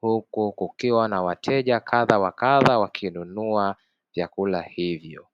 huku kukiwa na wateja kadha wa kadha wakinunua vyakula hivyo.